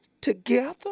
together